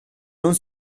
non